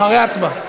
אחרי ההצבעה.